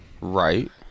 Right